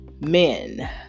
men